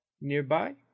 nearby